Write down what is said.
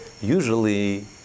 Usually